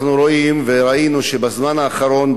אנחנו רואים וראינו שבזמן האחרון,